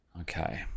Okay